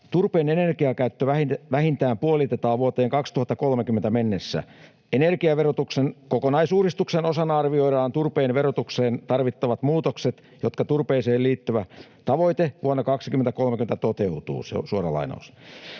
”Turpeen energiakäyttö vähintään puolitetaan vuoteen 2030 mennessä. Energiaverotuksen kokonaisuudistuksen osana arvioidaan turpeen verotukseen tarvittavat muutokset, jotta turpeeseen liittyvä tavoite vuonna 2030 toteutuu.” Se on suora lainaus.